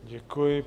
Děkuji.